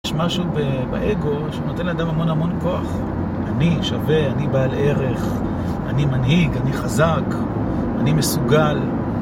יש משהו באגו שהוא נותן לאדם המון המון כוח אני שווה, אני בעל ערך, אני מנהיג, אני חזק, אני מסוגל